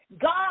God